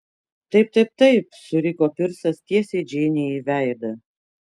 taip taip taip suriko pirsas tiesiai džeinei į veidą